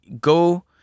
go